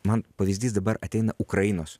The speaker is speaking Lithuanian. man pavyzdys dabar ateina ukrainos